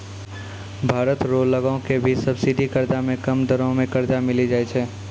भारत रो लगो के भी सब्सिडी कर्जा मे कम दरो मे कर्जा मिली जाय छै